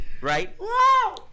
right